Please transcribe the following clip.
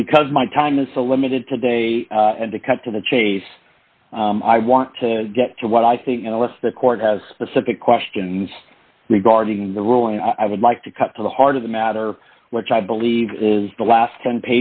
because my time is so limited today and to cut to the chase i want to get to what i think the court has specific questions regarding the ruling i would like to cut to the heart of the matter which i believe is the last ten